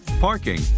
parking